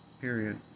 period